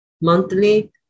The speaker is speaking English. monthly